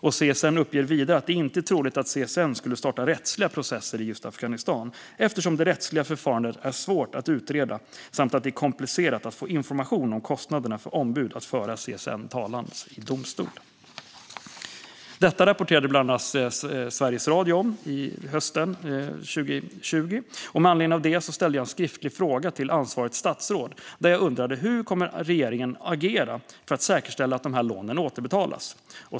CSN uppger vidare att det inte är troligt att CSN skulle starta rättsliga processer i just Afghanistan, eftersom det rättsliga förfarandet är svårt att utreda och det är komplicerat att få information om kostnaderna för ombud att föra CSN:s talan i domstol. Detta rapporterade bland annat Sveriges Radio om hösten 2020. Med anledning av det ställde jag en skriftlig fråga till ansvarigt statsråd där jag undrade hur regeringen kommer att agera för att säkerställa att dessa lån återbetalas.